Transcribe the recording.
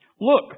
Look